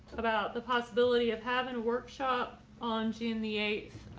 about the possibility of having a workshop on june the eighth.